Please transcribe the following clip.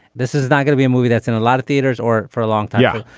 this is not going to be a movie that's in a lot of theaters or for a long yeah